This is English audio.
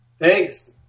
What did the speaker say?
Thanks